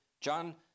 John